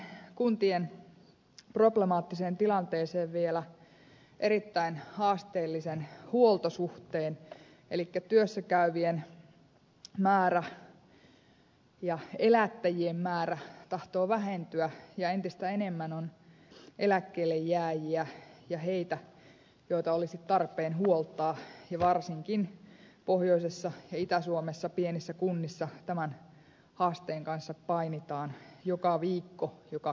lisäisin kuntien problemaattiseen tilanteeseen vielä erittäin haasteellisen huoltosuhteen elikkä työssä käyvien määrä ja elättäjien määrä tahtoo vähentyä ja entistä enemmän on eläkkeelle jääjiä ja heitä joita olisi tarpeen huoltaa ja varsinkin pohjoisessa ja itä suomessa pienissä kunnissa tämän haasteen kanssa painitaan joka viikko joka kuukausi ja joka vuosi